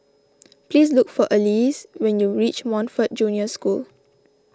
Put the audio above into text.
please look for Elease when you reach Montfort Junior School